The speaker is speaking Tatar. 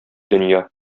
дөнья